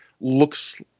looks